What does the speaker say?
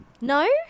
No